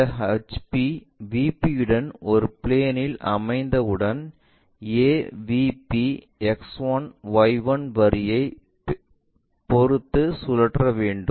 இந்த HP VP யுடன் ஒரு பிளேன்இல் அமைந்தவுடன் AVP X1Y1 வரியைச் பொறுத்து சுழற்ற வேண்டு